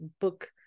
book